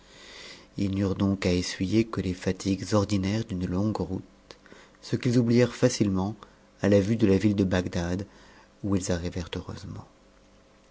ils n'eurent donc à essuyer que les fatigues ordinaires d'une longue route ce qu'ils oublièrent facilement à la vue de la ville de bagdad où ils arrivèrent heureusement